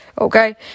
okay